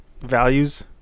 Values